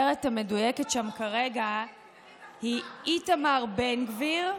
הכותרת המדויקת שם כרגע היא "איתמר בן גביר,